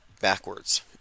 backwards